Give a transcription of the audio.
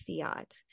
fiat